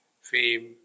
fame